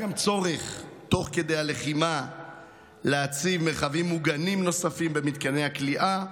תוך כדי הלחימה עלה גם צורך להציב מרחבים מוגנים נוספים במתקני הכליאה,